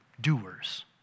doers